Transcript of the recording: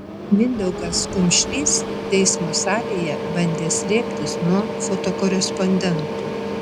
mindaugas kumšlys teismo salėje bandė slėptis nuo fotokorespondentų